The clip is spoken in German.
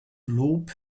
lob